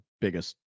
biggest